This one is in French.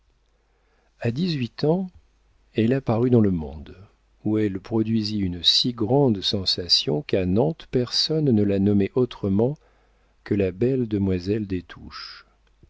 a dix-huit ans elle apparut dans le monde où elle produisit une si grande sensation qu'à nantes personne ne la nommait autrement que la belle demoiselle des touches